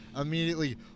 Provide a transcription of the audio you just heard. immediately